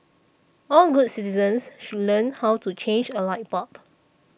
all good citizens should learn how to change a light bulb